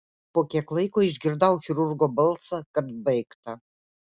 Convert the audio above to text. po kiek laiko išgirdau chirurgo balsą kad baigta